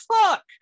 fuck